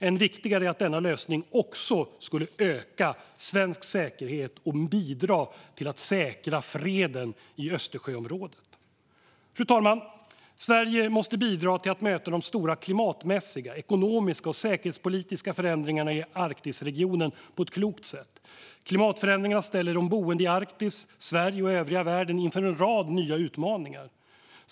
Än viktigare är att denna lösning skulle öka svensk säkerhet och bidra till att säkra freden i Östersjöområdet. Fru talman! Sverige måste bidra till att möta de stora klimatmässiga, ekonomiska och säkerhetspolitiska förändringarna i Arktisregionen på ett klokt sätt. Klimatförändringarna ställer de boende i Arktis, Sverige och övriga världen inför en rad nya utmaningar.